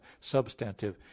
substantive